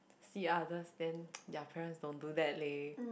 see others then their parents don't do that leh